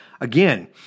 again